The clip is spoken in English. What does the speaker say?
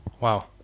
Wow